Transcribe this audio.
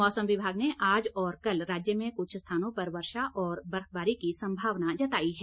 मौसम विभाग ने आज और कल राज्य में क्छ स्थानों पर वर्षा और बर्फबारी की संभावना जताई है